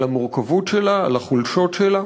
על המורכבות שלה, על החולשות שלה.